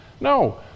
no